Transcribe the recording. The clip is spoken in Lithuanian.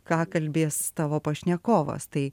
ką kalbės tavo pašnekovas tai